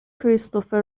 کریستوفر